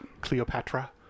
Cleopatra